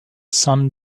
sun